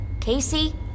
Casey